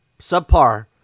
subpar